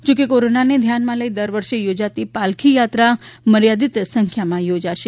જો કે કોરોનાને ધ્યાનમાં લઇને દરવર્ષ યોજાતી પાલખી યાત્રા મર્યાદીત સંખ્યામાં યોજાશે